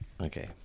Okay